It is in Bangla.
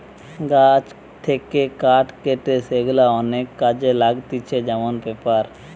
গাছ থেকে কাঠ কেটে সেগুলা অনেক কাজে লাগতিছে যেমন পেপার